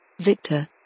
Victor